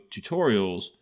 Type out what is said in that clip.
tutorials